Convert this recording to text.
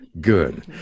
Good